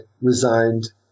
resigned